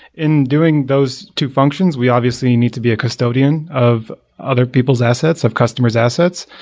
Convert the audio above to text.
in doing those two functions, we obviously need to be a custodian of other people's assets, of customers assets.